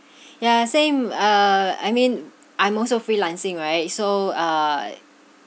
ya same err I mean I'm also freelancing right so uh